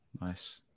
Nice